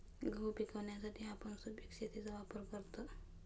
गहू पिकवण्यासाठी आपण सुपीक शेतीचा वापर करतो